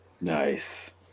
nice